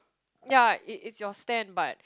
yeah it it's your stand but